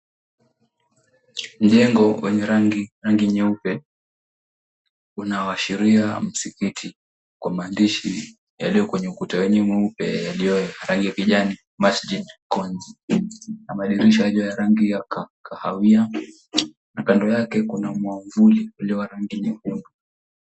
Jengo wenye rangi nyeupe unaoashiria msikiti kwa maandishi yaliyo kwenye ukuta yaliyo ya rangi ya kijani na madirisha yaliyo ya rangi ya kahawia, na kando yake kuna mwavuli ulio na rangi nyekundu.